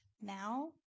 now